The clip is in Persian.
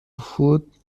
فود